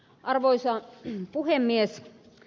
arvoisa puhemies